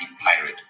pirate